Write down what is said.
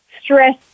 stress